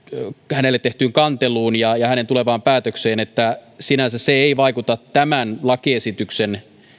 tehtyyn kanteluun ja ja tämän tulevaan päätökseen että sinänsä se ei vaikuta tämän lakiesityksen